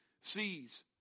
sees